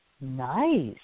Nice